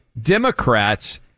Democrats